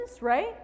right